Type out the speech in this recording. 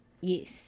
Yes